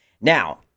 Now